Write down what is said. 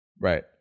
Right